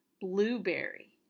Blueberry